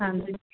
ਹਾਂਜੀ